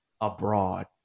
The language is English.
abroad